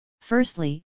Firstly